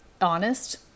honest